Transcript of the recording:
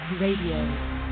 RADIO